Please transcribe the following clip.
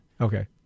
Okay